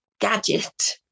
gadget